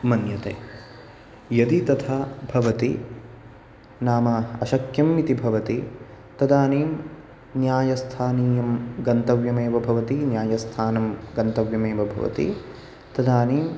मन्यते यदि तथा भवति नाम अशक्यम् इति भवति तदानीं न्यायस्थानीयं गन्तव्यमेव भवति न्यायस्थानं गन्तव्यमेव भवति तदानीम्